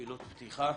מילות פתיחה.